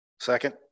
Second